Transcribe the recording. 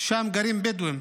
שם גרים בדואים.